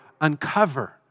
uncover